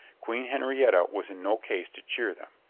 queen henrietta was in no case to cheer them.